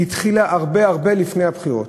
היא התחילה הרבה הרבה לפני הבחירות,